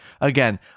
again